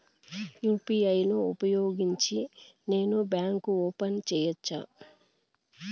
UPI ను ఉపయోగించి నేను బ్యాంకు ఓపెన్ సేసుకోవచ్చా?